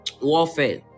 warfare